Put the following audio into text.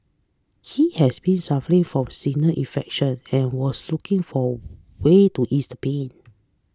he has been suffering from sinus infection and was looking for way to ease the pain